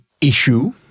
issue